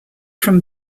from